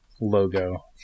logo